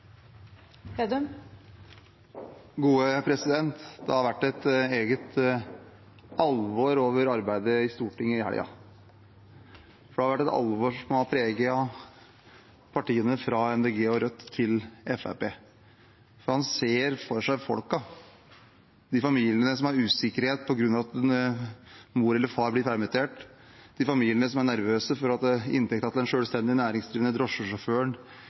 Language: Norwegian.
Det har vært et eget alvor over arbeidet i Stortinget i helgen. Det har vært et alvor som har preget partiene fra MDG og Rødt til Fremskrittspartiet. Man ser for seg folkene – de familiene som har en usikkerhet på grunn av at mor eller far blir permittert, de familiene som er nervøse for inntekten, den selvstendig næringsdrivende drosjesjåføren,